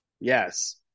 Yes